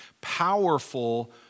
Powerful